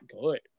good